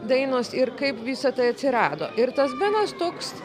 dainos ir kaip visa tai atsirado ir tas benas toks